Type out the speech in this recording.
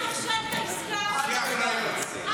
את הכשלת את העסקה, את והאופוזיציה.